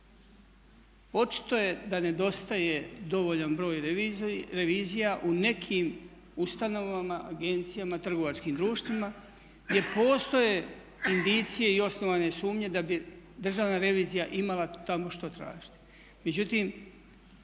Očito je da nedostaje dovoljan broj revizija u nekim ustanovama, agencijama, trgovačkim društvima gdje postoje indicije i osnovane sumnje da bi Državna revizija imala tamo što tražiti.